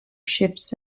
ships